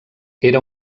era